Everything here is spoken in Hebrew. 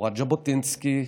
תורת ז'בוטינסקי,